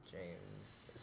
James